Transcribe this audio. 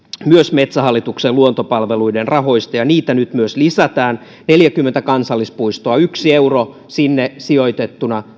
myös metsähallituksen luontopalveluiden rahoista ja nyt myös niitä lisätään neljäkymmentä kansallispuistoa yksi euro sinne sijoitettuna